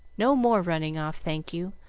no more running off, thank you.